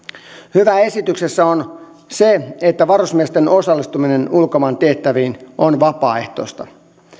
hyvää esityksessä on se että varusmiesten osallistuminen ulkomaan tehtäviin on vapaaehtoista